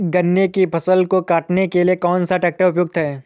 गन्ने की फसल को काटने के लिए कौन सा ट्रैक्टर उपयुक्त है?